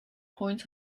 points